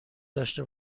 داشته